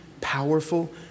powerful